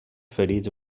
ferits